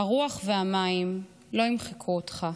הרוח והמים, / לא ימחקו אותך.